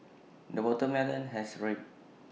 the watermelon has ripe